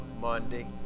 Monday